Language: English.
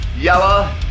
yellow